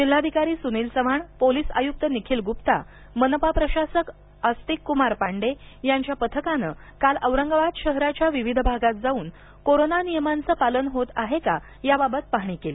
जिल्हाधिकारी सुनील चव्हाण पोलीस आयुक्त निखील गुप्ता मनपा प्रशासक आस्तिक कुमार पांड्ये यांच्या पथकानं काल औरंगाबाद शहराच्या विविध भागात जाऊन कोरोना नियमांचं पालन होत आहे का याबाबत पाहाणी केली